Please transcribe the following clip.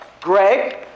Greg